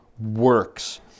works